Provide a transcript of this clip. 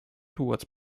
towards